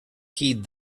heed